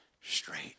straight